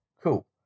Cool